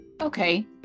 okay